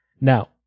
now